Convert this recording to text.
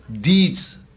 deeds